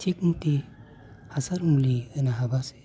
थिक मथे हासार मुलि होनो हाबासो